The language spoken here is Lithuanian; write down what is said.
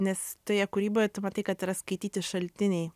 nes toje kūryboje tu matai kad yra skaityti šaltiniai